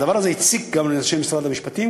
הדבר הזה הציק גם לאנשי משרד המשפטים,